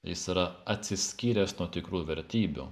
jis yra atsiskyręs nuo tikrų vertybių